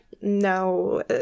no